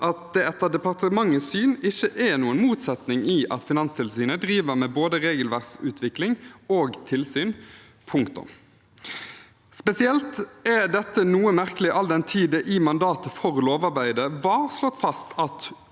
at det etter departementets syn ikke er noen motsetning i at Finanstilsynet driver med både regelverksutvikling og tilsyn – punktum. Spesielt er dette noe merkelig all den tid det i mandatet for lovarbeidet var slått fast at: